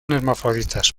hermafroditas